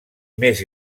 més